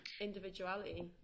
individuality